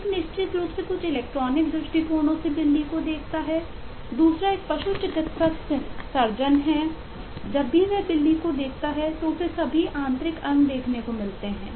एक निश्चित रूप से कुछ इलेक्ट्रॉनिक दृष्टिकोणों से बिल्ली को देखता है दूसरा एक पशु चिकित्सा सर्जन है जब भी वह बिल्ली को देखता है तो उसे सभी आंतरिक अंग देखने को मिलते हैं